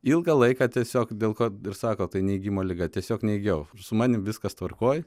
ilgą laiką tiesiog dėl ko ir sako tai neigimo liga tiesiog neigiau ir su manimi viskas tvarkoj